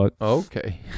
Okay